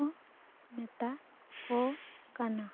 ᱠᱚ ᱢᱮᱛᱟ ᱠᱚ ᱠᱟᱱᱟ